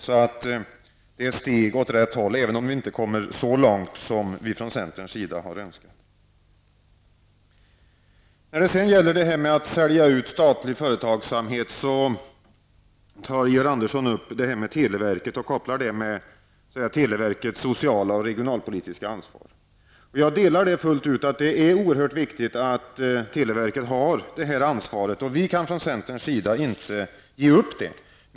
Det är ett steg åt rätt håll, även om vi inte kom så långt som vi i centern hade önskat. Georg Andersson upp televerket och gjorde en koppling till televerkets sociala och regionalpolitiska ansvar. Jag delar Georg Anderssons uppfattning, att det är oerhört viktigt att televerket har detta ansvar. Vi från centern kan inte ge upp detta ansvarskrav.